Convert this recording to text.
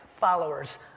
followers